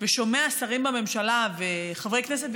ושומע שרים בממשלה וחברי כנסת,